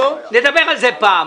נדבר על זה פעם,